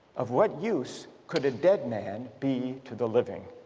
of what use could a dead man be to the living